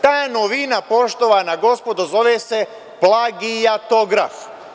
Ta novina, poštovana gospodo, zove se plagijatograf.